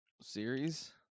series